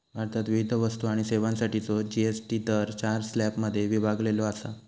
भारतात विविध वस्तू आणि सेवांसाठीचो जी.एस.टी दर चार स्लॅबमध्ये विभागलेलो असा